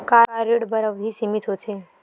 का ऋण बर अवधि सीमित होथे?